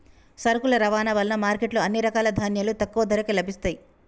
సరుకుల రవాణా వలన మార్కెట్ లో అన్ని రకాల ధాన్యాలు తక్కువ ధరకే లభిస్తయ్యి